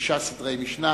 שישה סדרי משנה.